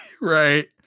right